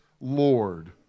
Lord